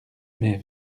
mes